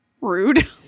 rude